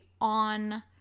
on